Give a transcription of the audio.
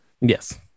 yes